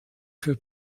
für